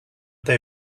they